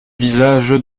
visage